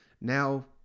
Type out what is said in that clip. Now